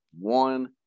one